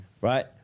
Right